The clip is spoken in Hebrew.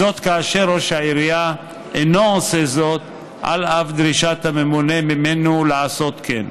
כאשר ראש העירייה אינו עושה זאת על אף דרישת הממונה ממנו לעשות כן.